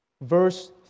verse